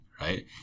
right